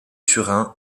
turin